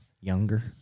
younger